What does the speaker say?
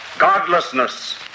Godlessness